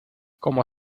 como